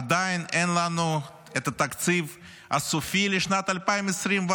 עדיין אין לנו את התקציב הסופי לשנת 2024,